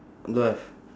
don't have